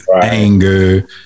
anger